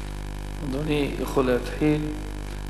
אדוני יכול להתחיל.